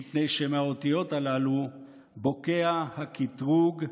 מפני שמהאותיות הללו בוקע הקטרוג,